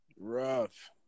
Rough